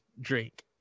drink